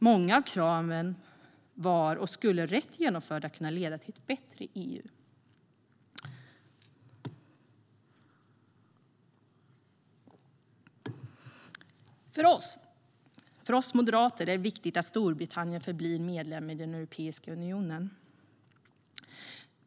Många av kraven skulle rätt genomförda kunna leda till ett bättre EU. För oss moderater är det viktigt att Storbritannien förblir medlem i Europeiska unionen.